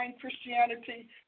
Christianity